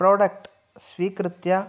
product स्वीकृत्य